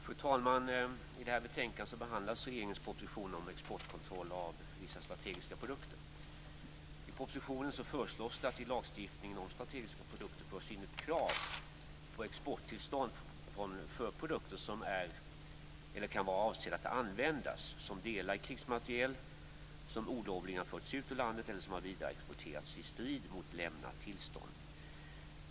Fru talman! I det här betänkandet behandlas regeringens proposition om exportkontroll av vissa strategiska produkter. I propositionen föreslås det att i lagstiftningen om strategiska produkter skall föras in ett krav på exporttillstånd för produkter som används eller kan vara avsedda att användas som delar i krigsmateriel som olovligen har förts ut ur landet eller som har vidareexporterats i strid mot lämnat tillstånd.